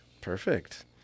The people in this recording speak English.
Perfect